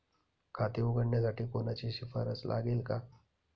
खाते उघडण्यासाठी कोणाची शिफारस लागेल का?